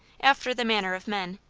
after the manner of men,